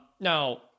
now